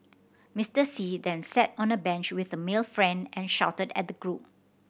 Mister See then sat on a bench with a male friend and shouted at the group